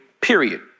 period